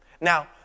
Now